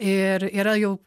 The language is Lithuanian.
ir yra jau